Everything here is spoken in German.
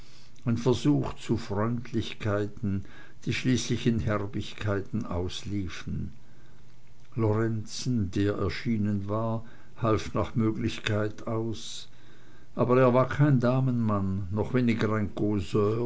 ein versuch zu freundlichkeiten die schließlich in herbigkeiten ausliefen lorenzen der erschienen war half nach möglichkeit aus aber er war kein damenmann noch weniger ein